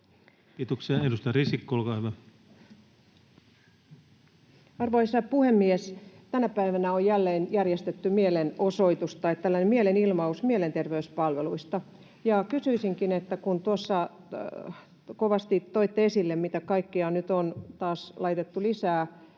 Kiitoksia. — Edustaja Risikko, olkaa hyvä. Arvoisa puhemies! Tänä päivänä on jälleen järjestetty mielenosoitus tai mielenilmaus mielenterveyspalveluista. Kysyisinkin, kun tuossa kovasti toitte esille, mitä kaikkea nyt on taas laitettu lisää,